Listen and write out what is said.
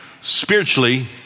spiritually